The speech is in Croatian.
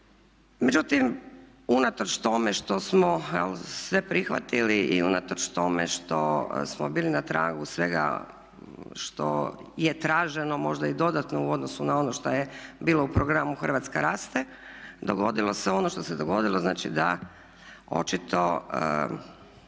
Međutim, unatoč tome što smo sve prihvatili i unatoč tome što smo bili na tragu svega što je traženo možda i dodatno u odnosu na ono što je bilo u programu Hrvatska raste, dogodilo se ono što se dogodilo, znači da očito